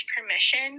permission